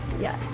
Yes